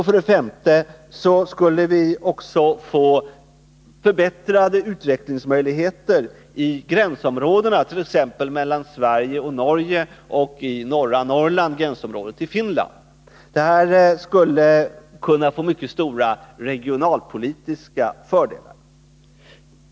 För det femte skulle vi få förbättrade utvecklingsmöjligheter i gränsområdena, t.ex. mellan Sverige och Norge och i norra Norrland i gränsområdet till Finland. Detta skulle kunna få mycket stora regionalpolitiska fördelar.